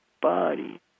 body